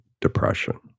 depression